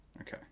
Okay